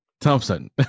Thompson